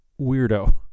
weirdo